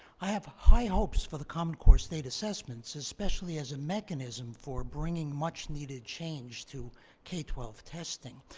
i have high hopes for the common core state assessments, especially as a mechanism for bringing much-needed change to k twelve testing.